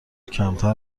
کمتر